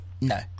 No